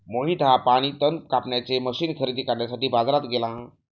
मोहित हा पाणी तण कापण्याचे मशीन खरेदी करण्यासाठी बाजारात गेला